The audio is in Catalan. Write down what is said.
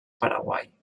paraguai